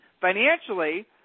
financially